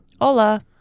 Hola